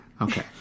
Okay